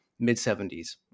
Mid-70s